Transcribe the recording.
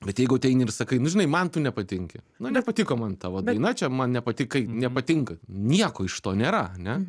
bet jeigu ateini ir sakai nu žinai man tu nepatinki na nepatiko man tavo daina čia man nepatikai nepatinka nieko iš to nėra ane